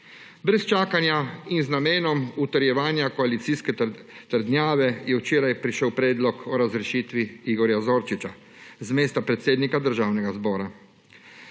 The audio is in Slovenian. Brez čakanja in z namenom utrjevanja koalicijske trdnjave je včeraj prišel predlog o razrešitvi Igorja Zorčiča z mesta predsednika Državnega zbora.